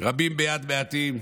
"רבים ביד מעטים,